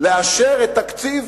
לאשר את התקציב